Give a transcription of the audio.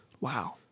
Wow